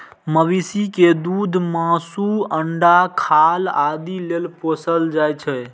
मवेशी कें दूध, मासु, अंडा, खाल आदि लेल पोसल जाइ छै